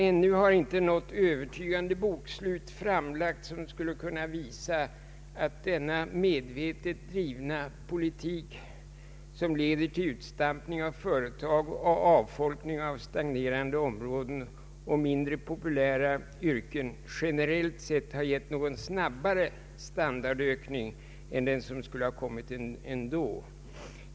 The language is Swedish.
Ännu har inte något övertygande bokslut framlagts, som skulle kunna visa att denna medvetet drivna politik, som leder till utstampning av företag och avfolkning av stagnerande områden och mindre populära yrken generellt sett har gett någon snabbare standardökning än den som skulle ha kommit ändå.